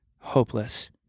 Hopeless